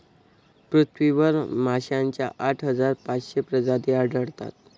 पृथ्वीवर माशांच्या आठ हजार पाचशे प्रजाती आढळतात